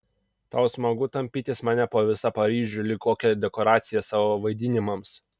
tau smagu tampytis mane po visą paryžių lyg kokią dekoraciją savo vaidinimams